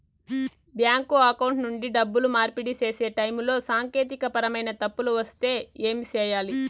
bank account నుండి డబ్బులు మార్పిడి సేసే టైములో సాంకేతికపరమైన తప్పులు వస్తే ఏమి సేయాలి